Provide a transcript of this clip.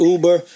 Uber